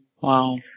Wow